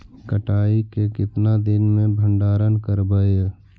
कटाई के कितना दिन मे भंडारन करबय?